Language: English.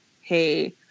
Hey